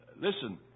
Listen